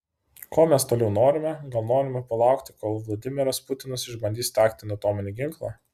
ko mes toliau norime gal norime palaukti kol vladimiras putinas išbandys taktinį atominį ginklą